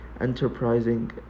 Enterprising